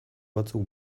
batzuk